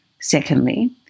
Secondly